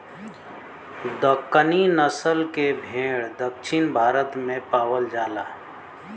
दक्कनी नसल के भेड़ दक्षिण भारत में पावल जाला